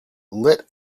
lit